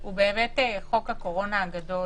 הוא באמת חוק הקורונה הגדול,